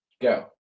Go